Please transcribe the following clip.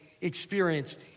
experience